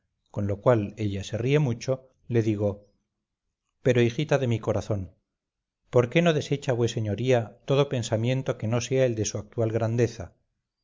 con lo cual ella se ríe mucho le digo pero hijita de mi corazón por qué no desecha vueseñoría todo pensamiento que no sea el de su actual grandeza